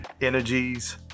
Energies